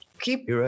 Keep